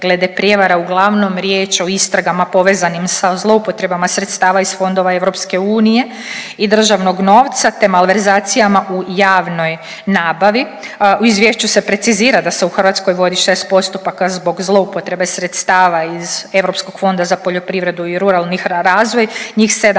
U izvješću se precizira da se u Hrvatskoj vodi 6 postupaka zbog zloupotrebe sredstava iz Europskog fonda za poljoprivredu i ruralni razvoj, njih 7